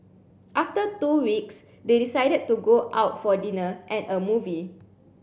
after two weeks they decided to go out for dinner and a movie